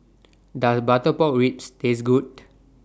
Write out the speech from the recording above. Does Butter Pork Ribs Taste Good